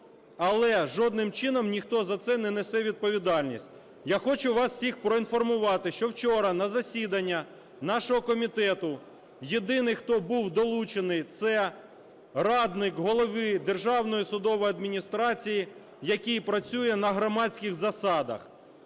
але жодним чином ніхто за це не несе відповідальність. Я хочу вас всіх проінформувати, що вчора на засідання нашого комітету єдиний, хто був долучений, це радник голови Державної судової адміністрації, який працює на громадських засадах.